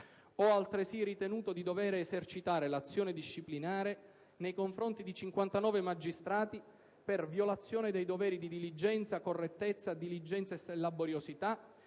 Ho altresì ritenuto di dover esercitare l'azione disciplinare nei confronti di 59 magistrati per violazione dei doveri di diligenza, correttezza e laboriosità